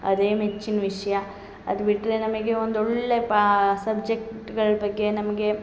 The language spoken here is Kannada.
ಅದೇ ಮೆಚ್ಚಿನ ವಿಷಯ ಅದು ಬಿಟ್ಟರೆ ನಮಗೆ ಒಂದೊಳ್ಳೆಯ ಪಾ ಸಬ್ಜೆಕ್ಟ್ಗಳ ಬಗ್ಗೆ ನಮಗೆ